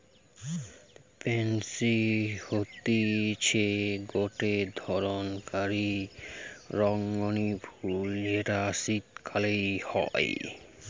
pansy হতিছে গটে ধরণকার রঙ্গীন ফুল যেটা শীতকালে হই